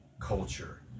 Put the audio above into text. culture